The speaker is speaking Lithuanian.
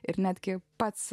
ir netgi pats